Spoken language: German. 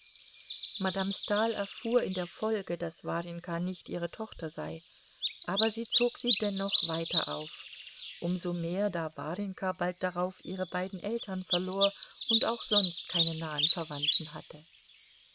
madame stahl erfuhr in der folge daß warjenka nicht ihre tochter sei aber sie zog sie dennoch weiter auf um so mehr da warjenka bald darauf ihre beiden eltern verlor und auch sonst keine nahen verwandten hatte